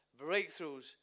breakthroughs